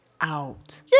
out